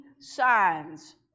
signs